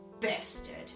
bastard